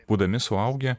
būdami suaugę